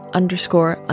underscore